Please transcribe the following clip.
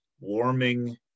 warming